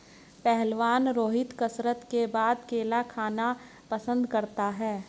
पहलवान रोहित कसरत के बाद केला खाना पसंद करता है